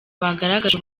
bagaragaje